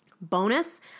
Bonus